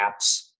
apps